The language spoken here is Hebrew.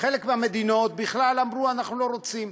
חלק מהמדינות אמרו, בכלל אנחנו לא רוצים.